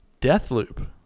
Deathloop